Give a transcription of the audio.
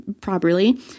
properly